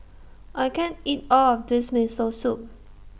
I can't eat All of This Miso Soup